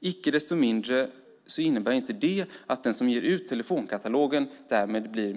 Icke desto mindre innebär inte det att den som ger ut telefonkatalogen därmed blir